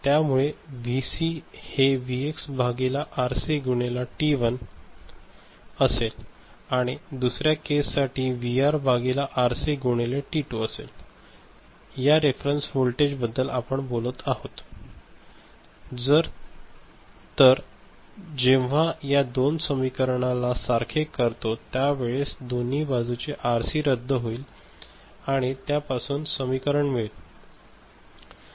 त्या मुळे व्हीसी हे व्हीएक्स भागिले आरसी गुणिले टी 1 असेल आणि दुसऱ्या केस साठी व्हीआर भागिले आरसी गुणिले टी2 असेल या रेफरंस वोल्टेज बद्दल आपण बोलत आहो तर जेव्हा या दोन समीकरणा ला सारखे करतो त्या वेळेस दोन्ही बाजूचा आर सी रद्द होईल आणि त्या पासून हे समीकरण मिळेल